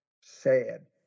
sad